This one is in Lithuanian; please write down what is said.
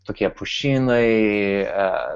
tokie pušynai